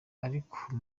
ariko